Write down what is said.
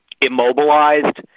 immobilized